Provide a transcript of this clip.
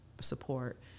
support